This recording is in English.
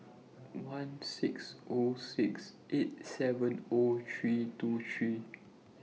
one six O six eight seven O three two three